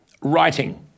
writing